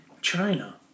China